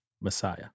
messiah